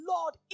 Lord